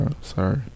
Sorry